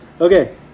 Okay